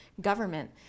government